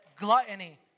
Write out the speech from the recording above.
Gluttony